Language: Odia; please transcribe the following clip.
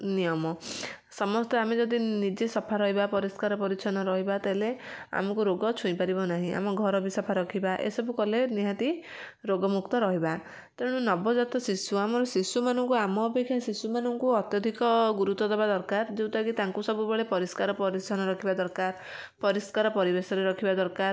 ନିୟମ ସମସ୍ତେ ଆମେ ଯଦି ନିଜେ ସଫା ରହିବା ପରିଷ୍କାର ପରିଚ୍ଛନ୍ନ ରହିବା ତାହେଲେ ଆମକୁ ରୋଗ ଛୁଇଁପାରିବ ନାହିଁ ଆମ ଘର ବି ସଫା ରଖିବା ଏସବୁ କଲେ ନିହାତି ରୋଗ ମୁକ୍ତ ରହିବା ତେଣୁ ନବଯାତ ଶିଶୁ ଆମ ଶିଶୁମାନଙ୍କୁ ଆମ ଅପେକ୍ଷା ଶିଶୁମାନଙ୍କୁ ଅତ୍ୟଧିକ ଗୁରୁତ୍ୱ ଦବା ଦରକାର ଯେଉଁଟା କି ତାଙ୍କୁ ସବୁବେଳେ ପରିଷ୍କାର ପରିଚ୍ଛନ୍ନ ରଖିବା ଦରକାର ପରିଷ୍କାର ପରିବେଶରେ ରଖିବା ଦରକାର